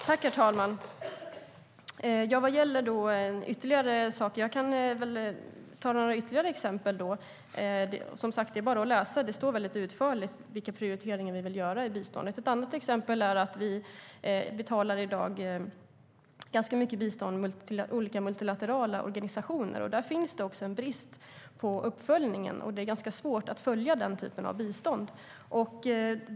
STYLEREF Kantrubrik \* MERGEFORMAT Internationellt biståndGanska mycket bistånd går i dag till olika multilaterala organisationer, och där finns det en brist. Det görs ingen uppföljning, och det är ganska svårt att följa den typen av bistånd.